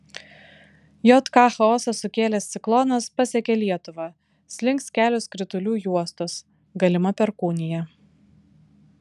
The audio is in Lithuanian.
jk chaosą sukėlęs ciklonas pasiekė lietuvą slinks kelios kritulių juostos galima perkūnija